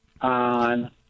on